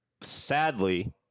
Sadly